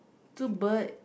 two bird